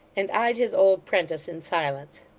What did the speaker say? and eyed his old prentice in silence.